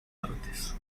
artes